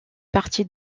partie